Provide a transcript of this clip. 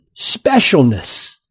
specialness